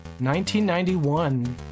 1991